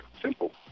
simple